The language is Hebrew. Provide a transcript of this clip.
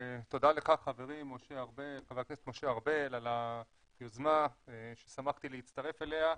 ותודה לך חברי ח"כ משה ארבל על היוזמה ששמחתי להצטרף אליה.